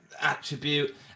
attribute